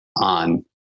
on